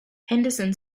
henderson